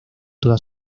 toda